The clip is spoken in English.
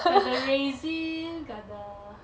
got the raisin got the